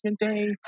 Day